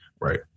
right